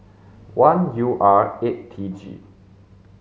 one U R eight T G